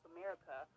America